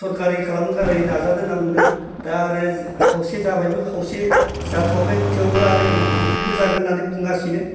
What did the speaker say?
सोरखारि खालामनो थाखाय नाजादों होनना बुंदों दा आरो खावसे जाबायबो खावसे जाथ'वाखै थेवबो आरो बेफोरबो जागोन होननानै बुंगासिनो